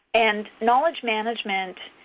and knowledge management